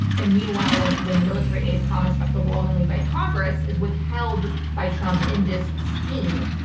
and meanwhile, when when the military aid promised but overwhelmingly by congress is withheld by trump in this scheme,